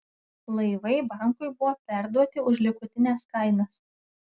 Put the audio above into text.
laivai bankui buvo perduoti už likutines kainas